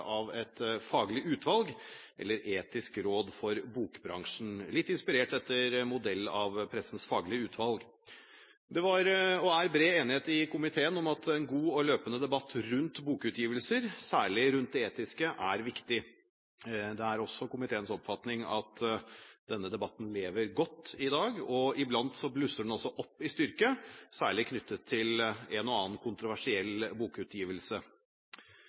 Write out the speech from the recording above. av et faglig utvalg eller etisk råd for bokbransjen, litt etter modell av Pressens Faglige Utvalg. Det er bred enighet i komiteen om at en god og løpende debatt rundt bokutgivelser, særlig rundt det etiske, er viktig. Det er også komiteens oppfatning at denne debatten lever godt i dag, og iblant blusser den også opp i styrke, særlig knyttet til en og annen kontroversiell bokutgivelse.